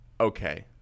okay